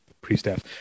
pre-staff